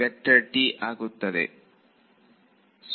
ವಿದ್ಯಾರ್ಥಿ 0